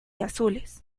azules